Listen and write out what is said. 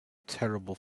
terrible